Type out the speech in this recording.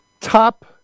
top